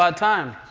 um time,